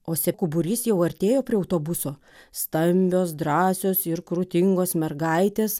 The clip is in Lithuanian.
o seku būrys jau artėjo prie autobuso stambios drąsios ir krūtingos mergaitės